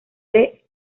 del